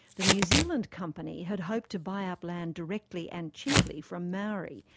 the new zealand company had hoped to buy up land directly and cheaply from maori,